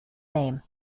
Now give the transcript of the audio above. name